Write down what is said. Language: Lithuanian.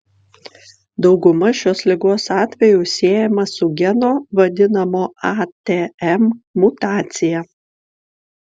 dauguma šios ligos atvejų siejama su geno vadinamo atm mutacija